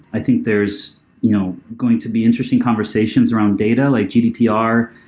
i think there's you know going to be interesting conversations around data, like gdpr.